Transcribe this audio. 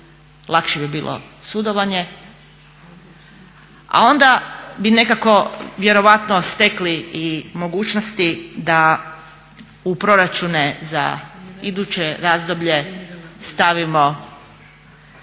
lakše bi bilo sudovanje, a onda bi nekako vjerojatno nekako stekli i mogućnosti da u proračune za iduće razdoblje stavimo